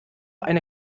eine